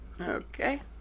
okay